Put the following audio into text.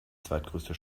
zweitgrößte